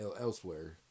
elsewhere